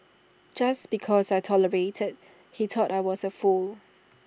just because I tolerated he thought I was A fool